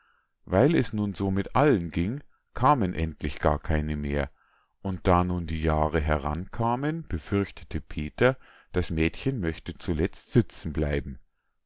weil es nun so mit allen ging kamen endlich gar keine mehr und da nun die jahre herankamen befürchtete peter das mädchen möchte zuletzt sitzen bleiben